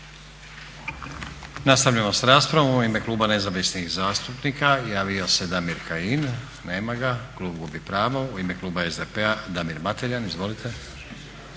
U ime kluba SDP-a Damir Mateljan. Izvolite.